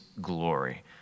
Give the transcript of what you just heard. glory